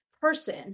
person